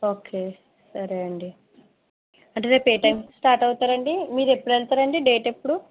okay సరే అండి అంటే రేపు ఏ టైమ్కి స్టార్ట్ అవుతారండీ మీరు ఎప్పుడు వెళ్తారండి డేట్ ఎప్పుడు